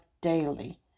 daily